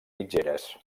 mitgeres